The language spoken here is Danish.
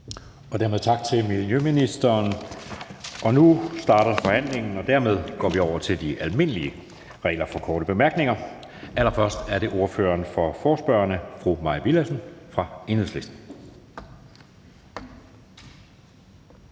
Dermed tak til miljøministeren. Nu starter forhandlingen, og dermed går vi over til de almindelige regler for korte bemærkninger. Allerførst er det ordføreren for forespørgerne, fru Mai Villadsen fra Enhedslisten.